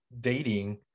dating